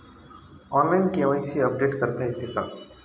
Online KYC update करता येते का?